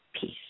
peace